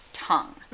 tongue